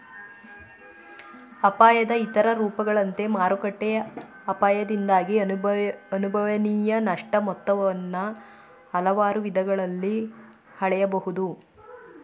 ಅಪಾಯದ ಇತರ ರೂಪಗಳಂತೆ ಮಾರುಕಟ್ಟೆ ಅಪಾಯದಿಂದಾಗಿ ಸಂಭವನೀಯ ನಷ್ಟ ಮೊತ್ತವನ್ನ ಹಲವಾರು ವಿಧಾನಗಳಲ್ಲಿ ಹಳೆಯಬಹುದು